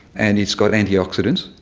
and it's got antioxidants.